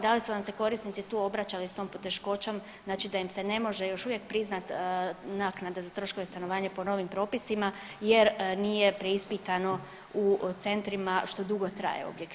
Da li su vam se korisnici tu obraćali s tom poteškoćom znači da im se ne može još uvijek priznat naknada za troškove stanovanja po novim propisima jer nije preispitano u centrima što dugo traje objektivno?